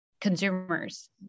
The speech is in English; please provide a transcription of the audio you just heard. consumers